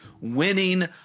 winning